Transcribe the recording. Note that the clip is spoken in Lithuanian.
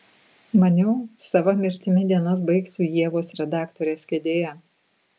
maniau sava mirtimi dienas baigsiu ievos redaktorės kėdėje